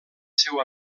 seu